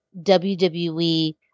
WWE